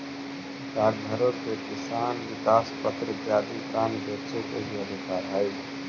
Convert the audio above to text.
डाकघरो के किसान विकास पत्र इत्यादि बांड बेचे के भी अधिकार हइ